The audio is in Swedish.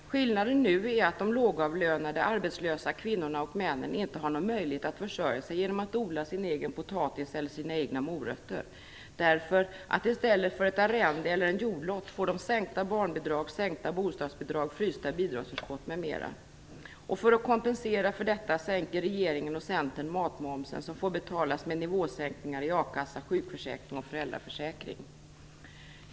Skillnaden nu är att de lågavlönade, arbetslösa kvinnorna och männen inte har någon möjlighet att försörja sig genom att odla sin egen potatis eller sina egna morötter. I stället för ett arrende eller en jordlott får de sänkta barnbidrag, sänkta bostadsbidrag, frysta bidragsförskott, m.m. För att kompensera detta sänker regeringen och Centern matmomsen, vilket får betalas med nivåsänkningar i a-kassan, sjukförsäkringen och föräldraförsäkringen.